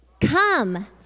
Come